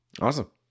Awesome